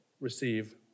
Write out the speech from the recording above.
receive